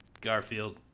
Garfield